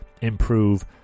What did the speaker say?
Improve